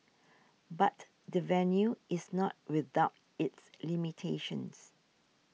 but the venue is not without its limitations